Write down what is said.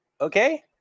Okay